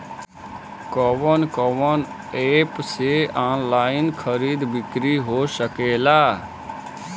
कवन कवन एप से ऑनलाइन खरीद बिक्री हो सकेला?